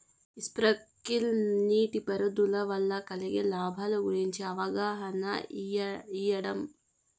Sprinkle నీటిపారుదల వల్ల కలిగే లాభాల గురించి అవగాహన ఇయ్యడం?